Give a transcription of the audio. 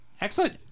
Excellent